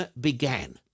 began